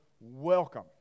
welcome